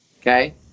okay